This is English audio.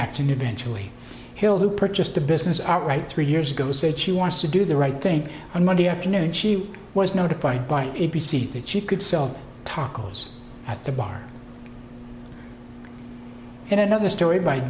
action eventually hill who purchased the business outright three years ago said she wants to do the right thing on monday afternoon she was notified by a b c that she could sell tacos at the bar and another story by